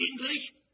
English